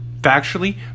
Factually